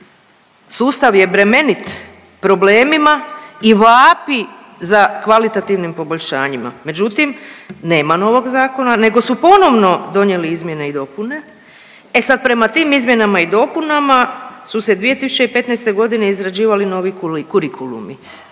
Sustav je bremenit problemima i vapi za kvalitativnim poboljšanjima. Međutim, nema novog zakona nego su ponovno donijeli izmjene i dopune, e sad prema tim izmjenama i dopunama su se 2015. g. izrađivali novi kurikulumi,